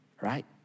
right